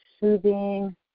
soothing